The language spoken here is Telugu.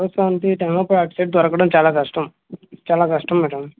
ఆటోస్ అంటే ఇప్పుడు అటు సైడ్ దొరకడం చాలా కష్టం చాలా కష్టం మేడం